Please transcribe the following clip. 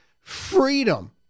freedom